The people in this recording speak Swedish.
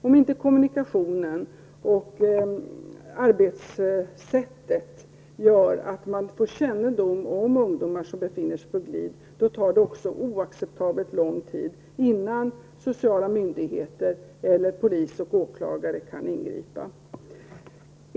Om inte kommunikationen och arbetssättet gör att man får kännedom om ungdomar som befinner sig på glid, tar det också oacceptabelt lång tid innan sociala myndigheter eller polis och åklagare kan ingripa.